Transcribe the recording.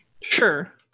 Sure